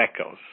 echoes